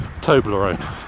Toblerone